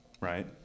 right